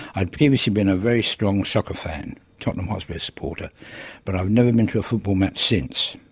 i'd previously been a very strong soccer fan tottenham hotspurs supporter but i've never been to a football match since.